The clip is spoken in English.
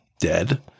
Dead